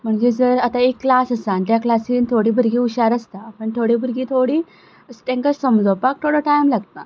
म्हणजे जर आतां एक क्लास आसा आनी त्या क्लासीन थोडीं भुरगीं हुशार आसता आनी थोडीं भुरगीं थोडीं तांकां समजोपाक थोडो टायम लागता